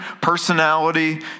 personality